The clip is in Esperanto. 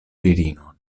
virinon